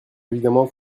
évidemment